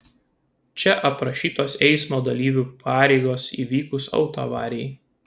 čia aprašytos eismo dalyvių pareigos įvykus autoavarijai